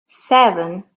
seven